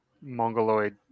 mongoloid